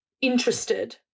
interested